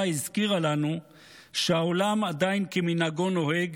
הזכירה לנו שהעולם עדיין כמנהגו נוהג,